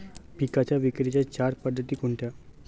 पिकांच्या विक्रीच्या चार पद्धती कोणत्या?